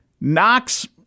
Knox